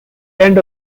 end